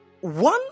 One